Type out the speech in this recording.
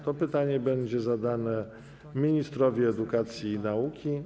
To pytanie będzie zadane ministrowi edukacji i nauki.